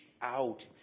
out